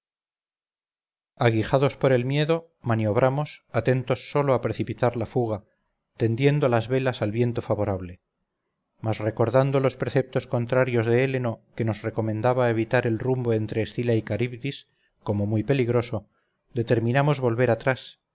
aguijados por el miedo maniobramos atentos sólo a precipitar la fuga tendiendo las velas al viento favorable mas recordando los preceptos contrarios de héleno que nos recomendaba evitar el rumbo entre escila y caribdis como muy peligroso determinamos volver atrás